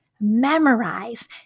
Memorize